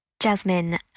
Jasmine